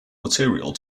material